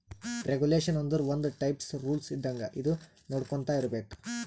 regulation ಆಂದುರ್ ಒಂದ್ type rules ಇದ್ದಂಗ ಅದು ನೊಡ್ಕೊಂತಾ ಇರ್ಬೇಕ್